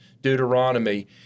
Deuteronomy